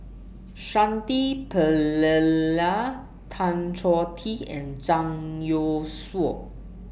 Shanti Tan Choh Tee and Zhang Youshuo